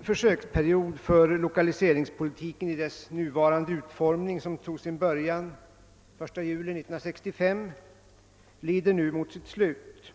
försöksperiod för lokaliseringspolitiken i dess nuvarande utformning som tog sin början 1 juli 1965 lider nu mot sitt slut.